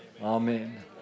Amen